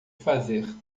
fazer